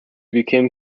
became